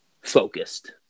Focused